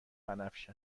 بنفش